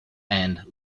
and